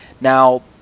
Now